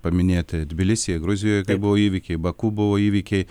paminėti tbilisyje gruzijoj buvo įvykiai baku buvo įvykiai